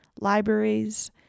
libraries